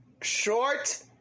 short